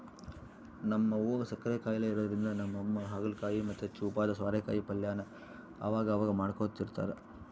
ನಮ್ ಅವ್ವುಗ್ ಸಕ್ಕರೆ ಖಾಯಿಲೆ ಇರೋದ್ರಿಂದ ನಮ್ಮಮ್ಮ ಹಾಗಲಕಾಯಿ ಮತ್ತೆ ಚೂಪಾದ ಸ್ವಾರೆಕಾಯಿ ಪಲ್ಯನ ಅವಗವಾಗ ಮಾಡ್ಕೊಡ್ತಿರ್ತಾರ